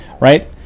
right